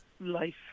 Life